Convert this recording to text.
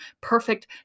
Perfect